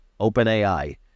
OpenAI